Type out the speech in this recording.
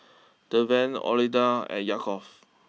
Deven Ottilia and Yaakov